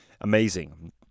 Amazing